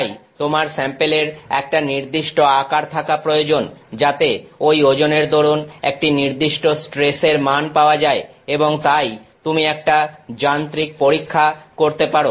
তাই তোমার স্যাম্পেলের একটা নির্দিষ্ট আকার থাকা প্রয়োজন যাতে ওই ওজনের দরুন একটি নির্দিষ্ট স্ট্রেস এর মান পাওয়া যায় এবং তাই তুমি একটা যান্ত্রিক পরীক্ষা করতে পারো